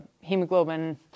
hemoglobin